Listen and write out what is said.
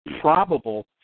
probable